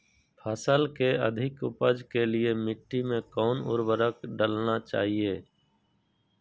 फसल के अधिक उपज के लिए मिट्टी मे कौन उर्वरक डलना चाइए?